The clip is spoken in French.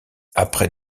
après